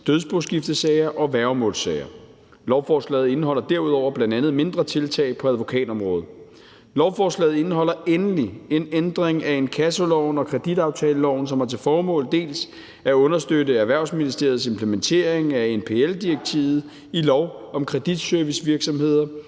dødsboskiftesager og værgemålssager. Lovforslaget indeholder derudover bl.a. mindre tiltag på advokatområdet. Lovforslaget indeholder endelig en ændring af inkassoloven og kreditaftaleloven, som har til formål dels at understøtte Erhvervsministeriets implementering af NPL-direktivet i lov om kreditservicevirksomheder